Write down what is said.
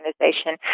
organization